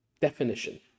definition